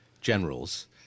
generals